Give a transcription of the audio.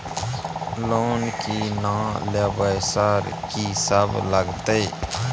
Loan की ना लेबय सर कि सब लगतै?